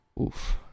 Oof